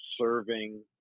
serving